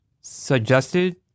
suggested